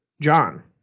John